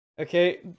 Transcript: Okay